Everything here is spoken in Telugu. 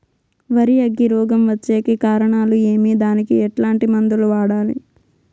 వరి అగ్గి రోగం వచ్చేకి కారణాలు ఏమి దానికి ఎట్లాంటి మందులు వాడాలి?